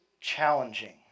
challenging